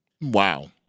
wow